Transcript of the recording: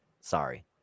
Sorry